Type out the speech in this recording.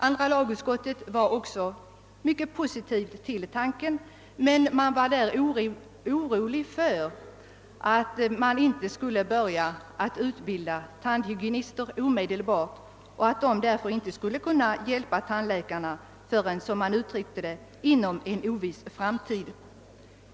Andra lagutskottet ställde sig också mycket positivt till tanken, men man var där orolig för att tandhygienisterna inte skulle börja utbildas omedelbart och att dessa därför inte skulle kunna hjälpa tandläkarna förrän, såsom man uttryckte det, inom en oviss framtid.